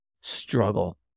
struggle